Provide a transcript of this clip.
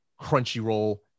Crunchyroll